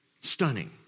Stunning